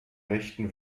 rechten